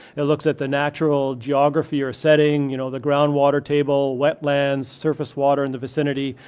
it looks at the natural geography, or setting, you know, the groundwater table, wetlands, surface water in the vicinity,